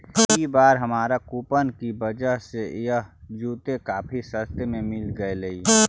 ई बार हमारा कूपन की वजह से यह जूते काफी सस्ते में मिल गेलइ